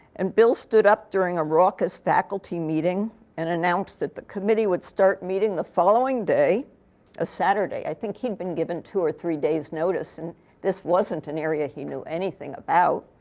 and bill stood up during a raucous faculty meeting and announced that the committee would start meeting the following day a saturday. i think he'd been given two or three days notice. and this wasn't an area he knew anything about.